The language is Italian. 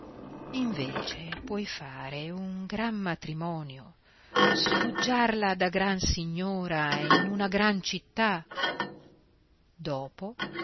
invece puoi fare un gran matrimonio sfoggiarla da gran signora in una gran città dopo